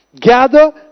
Gather